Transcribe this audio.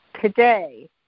today